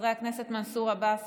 חברי הכנסת מנסור עבאס,